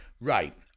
Right